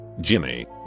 Jimmy